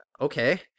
okay